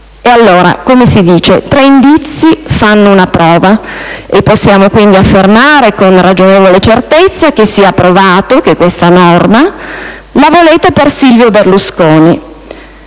E allora, come si dice, tre indizi fanno una prova e possiamo quindi affermare con ragionevole certezza che sia provato che questa norma la volete per Silvio Berlusconi.